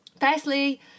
Firstly